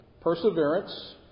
perseverance